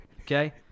okay